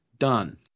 done